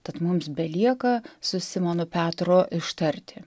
tad mums belieka su simono petro ištarti